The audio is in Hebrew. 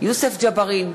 יוסף ג'בארין,